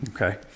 Okay